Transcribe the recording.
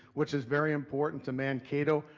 which is very important to mankato,